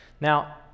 Now